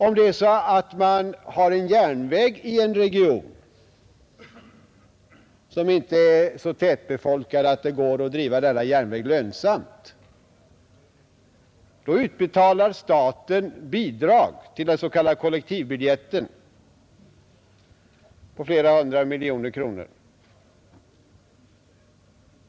Om man har en järnväg i en region som inte är så tätbefolkad att det går att driva denna järnväg lönsamt, då utbetalar staten bidrag till den s.k. kollektivbiljetten på flera hundra miljoner kronor.